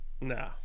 No